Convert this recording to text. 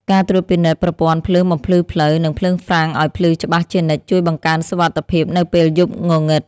ការត្រួតពិនិត្យប្រព័ន្ធភ្លើងបំភ្លឺផ្លូវ និងភ្លើងហ្វ្រាំងឱ្យភ្លឺច្បាស់ជានិច្ចជួយបង្កើនសុវត្ថិភាពនៅពេលយប់ងងឹត។